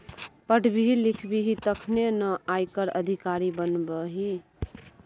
पढ़बिही लिखबिही तखने न आयकर अधिकारी बनबिही